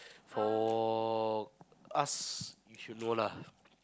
for us you should know lah